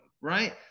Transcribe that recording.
right